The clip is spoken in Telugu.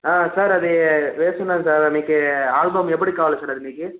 సార్ అది వేస్తున్నాను సార్ మీకి ఆల్బమ్ ఎప్పటికి కావాలి సార్ మీకు అది